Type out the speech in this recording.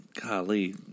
golly